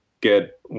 get